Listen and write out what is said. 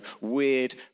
weird